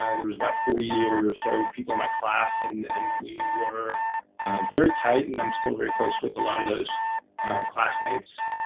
and there was about forty yeah or so people in my class. and and we were very tight, and i'm still very close with a lot of those classmates.